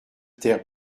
taire